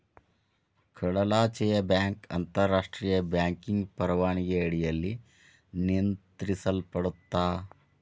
ಕಡಲಾಚೆಯ ಬ್ಯಾಂಕ್ ಅಂತಾರಾಷ್ಟ್ರಿಯ ಬ್ಯಾಂಕಿಂಗ್ ಪರವಾನಗಿ ಅಡಿಯಲ್ಲಿ ನಿಯಂತ್ರಿಸಲ್ಪಡತ್ತಾ